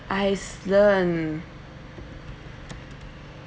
iceland